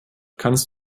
kannst